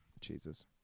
Jesus